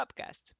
podcast